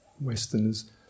Westerners